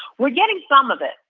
we're getting some of it.